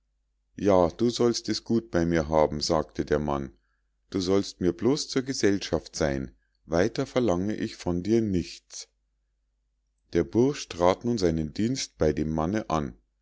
ja du sollst es gut bei mir haben sagte der mann du sollst mir bloß zur gesellschaft sein weiter verlange ich von dir nichts der bursch trat nun seinen dienst bei dem manne an